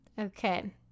Okay